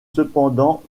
cependant